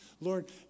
Lord